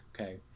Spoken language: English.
okay